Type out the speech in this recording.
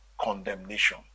condemnation